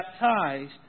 baptized